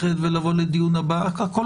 הכול